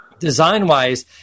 Design-wise